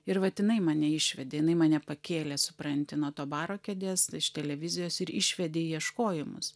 ir vat jinai mane išvedė jinai mane pakėlė supranti nuo to baro kėdės iš televizijos ir išvedė į ieškojimus